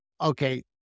okay